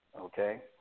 okay